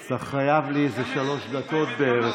אז אתה חייב לי איזה שלוש דקות בערך,